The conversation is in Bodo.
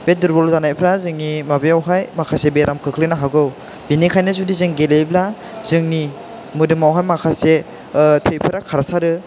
बे दुरबल जानायफ्रा जोंनि माबायावहाय माखासे बेराम खोख्लैनो हागौ बेनिखायनो जुदि जों गेलेयोब्ला जोंनि मोदोमावहाय माखासे थैफोरा खारसारो